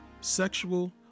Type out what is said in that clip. sexual